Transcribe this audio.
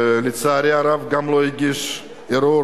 ולצערי הרב הוא גם לא הגיש ערעור,